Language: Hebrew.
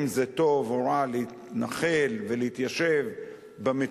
אם זה טוב או רע להתנחל ולהתיישב במציאות